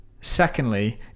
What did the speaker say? Secondly